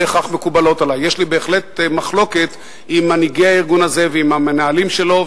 יש לי בהחלט מחלוקת עם מנהיגי הארגון הזה ועם המנהלים שלו,